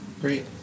great